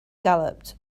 galloped